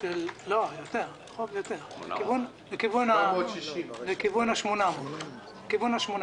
החוב הוא יותר לכיוון 800 מיליארד,